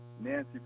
Nancy